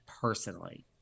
personally